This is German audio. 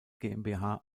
gmbh